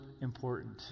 important